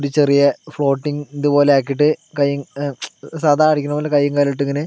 ഒരു ചെറിയ ഫ്ലോട്ടിങ്ങ് ഇതുപോലെ ആക്കിയിട്ട് കൈയും സാധാ കാണിക്കുന്ന പോലെ കൈയും കാലും ഇട്ട് ഇങ്ങനെ